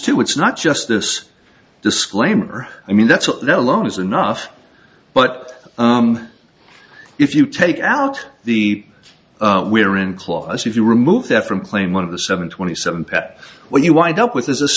to it's not just this disclaimer i mean that's what that alone is enough but if you take out the we are in clause if you remove that from playing one of the seven twenty seven pat when you wind up with this